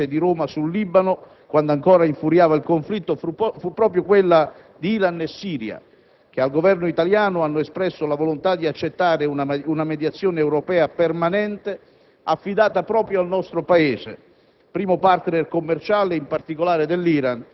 Se una manifesta assenza indebolì il vertice di Roma sul Libano quando ancora infuriava il conflitto, fu proprio quella di Iran e Siria che al Governo italiano hanno espresso la volontà di accettare una mediazione europea permanente, affidata proprio al nostro Paese,